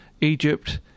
Egypt